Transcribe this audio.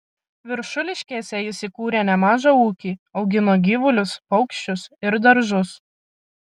viršuliškėse jis įkūrė nemažą ūkį augino gyvulius paukščius ir daržus